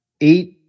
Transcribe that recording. eight